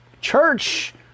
church